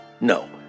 No